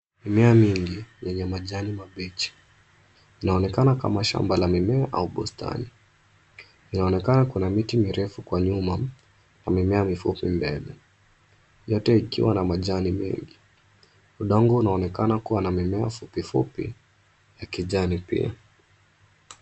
Mimea mingi yenye majani mabichi, inaonekana kama shamba la mimea au bustani. Inaonekana kuna miti mirefu kwa nyuma na mimea mifupi mbele, yote yakiwa na majani mengi .Udongo unaonekana kuwa na mimea fupifupi ya kijani pia.